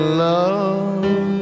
love